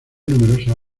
numerosas